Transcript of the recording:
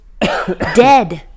dead